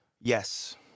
yes